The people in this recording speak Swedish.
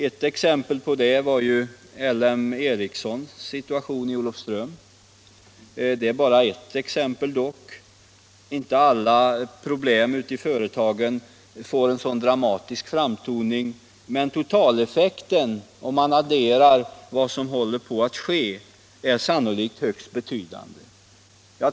Ett exempel på det var ju LM Ericssons situation i Olofström. Det är dock bara ett exempel, inte alla problem ute i företagen får en sådan dramatisk framtoning. Men totaleffekten, om man adderar vad som håller på att ske, är sannolikt högst betydande.